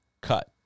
cut